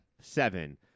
Seven